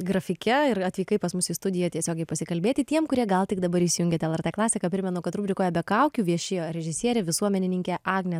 grafike ir atvykai pas mus į studiją tiesiogiai pasikalbėti tiem kurie gal tik dabar įsijungėt lrt klasiką primenu kad rubrikoje be kaukių viešėjo režisierė visuomenininkė agnė